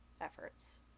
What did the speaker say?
efforts